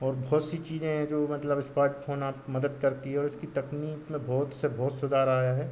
और बहुत सी चीज़ें हैं जो मतलब स्मार्टफोन आपकी मदद करता है उसकी तकनीक में बहुत से बहुत सुधार आया है